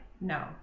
No